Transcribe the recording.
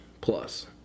plus